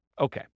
Okay